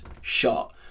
shot